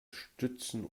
stützen